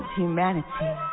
humanity